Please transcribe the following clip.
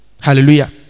Hallelujah